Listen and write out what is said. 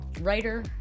writer